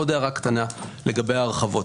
עוד הערה קטנה לגבי ההרחבות,